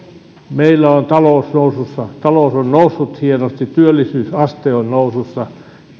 meillä on talous nousussa talous on noussut hienosti työllisyysaste on nousussa